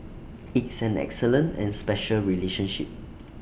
it's an excellent and special relationship